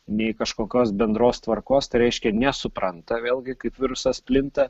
nei kažkokios bendros tvarkos tai reiškia nesupranta vėlgi kaip virusas plinta